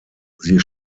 sie